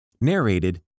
Narrated